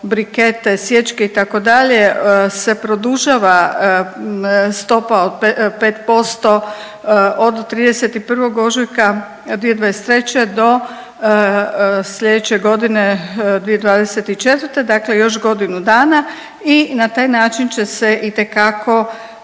brikete, sječke itd. se produžava stopa od pet posto od 31. ožujka 2023. do sljedeće godine 2024. dakle još godinu dana. I na taj način će se itekako